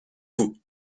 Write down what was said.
coup